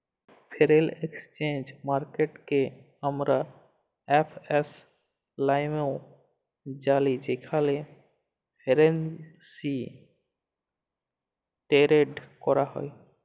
foreign exchange মার্কেটকে আমরা FX লামেও জালি যেখালে ফরেলসি টেরেড ক্যরা হ্যয়